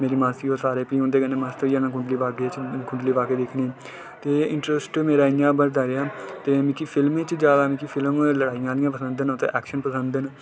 मेरी मासी होर सारें में उं'दे कन्नै मस्त होई जाना कुंडली भाग्य च कुंडली भाग्य दिक्खनी मस्त ते इंट्रस्ट मेरा इ'यां बधदा गेआ ते मिगी फिल्में च लड़ाइयां नेईं हैन पसंद नां ते ऐक्शन पसंद न